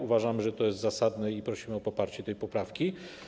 Uważamy, że to jest zasadne i prosimy o poparcie tej poprawki.